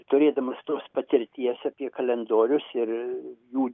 turėdamas tos patirties apie kalendorius ir jų